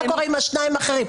מה קורה עם השניים האחרים?